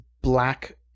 black